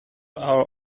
our